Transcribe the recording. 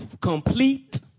complete